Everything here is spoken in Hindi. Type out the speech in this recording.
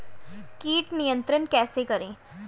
कीट नियंत्रण कैसे करें?